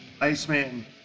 Iceman